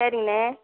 சரிங்கண்ணே